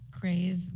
crave